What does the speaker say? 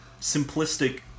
simplistic